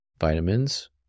Vitamins